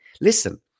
listen